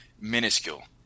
minuscule